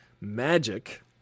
magic